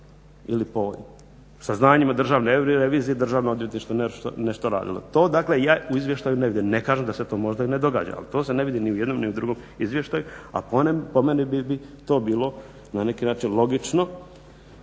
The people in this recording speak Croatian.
ili po saznanjima Državne revizije Državno odvjetništvo nešto radilo. To dakle ja u izvještaju ne vidim. Ne kažem da se to možda i ne događa ali to se ne vidi ni u jednom ni u drugom izvještaju, a po meni bi to bilo na neki način logično